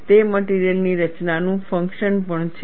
તે મટિરિયલ ની રચનાનું ફંક્શન પણ છે